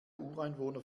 ureinwohner